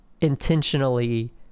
intentionally